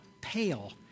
pale